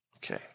Okay